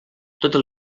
totes